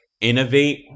innovate